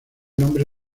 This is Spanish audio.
nombre